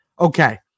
Okay